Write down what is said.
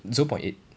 zero point eight